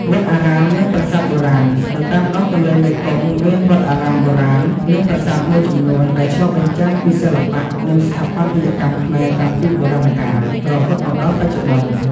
វត្តអារាម និងប្រាសាទបុរាណ នៅតាមដងទន្លេមេគង្គមានវត្តអារាមបុរាណ និងប្រាសាទមួយចំនួនដែលឆ្លុះបញ្ចាំងពីសិល្បៈ និងស្ថាបត្យកម្មខ្មែរតាំងពីបុរាណកាល រហូតមកដល់បច្ចុប្បន្ន។